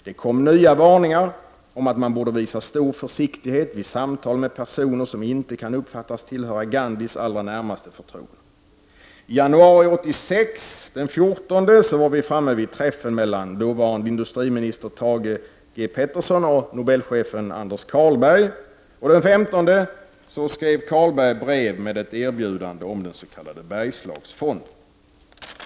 Det kom nya varningar om att man borde visa stor försiktighet vid samtal med personer som inte kunde uppfattas tillhöra Gandhis allra närmaste förtrogna. Den 14 januari 1986 träffades dåvarande industriminister Thage G Peterson och Nobelchefen Anders Carlberg. Den 15 januari fick regeringen brev av Anders Carlberg med erbjudande om den s.k. Bergslagsfonden.